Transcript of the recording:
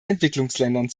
entwicklungsländern